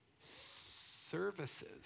Services